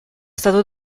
stato